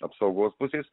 apsaugos pusės